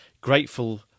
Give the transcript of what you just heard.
grateful